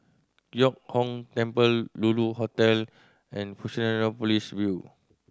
Giok Hong Temple Lulu Hotel and Fusionopolis View